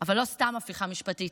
אבל לא סתם הפיכה משפטית,